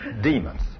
Demons